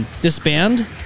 Disband